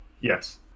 Yes